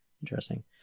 interesting